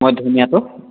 হয় ধুনীয়াটো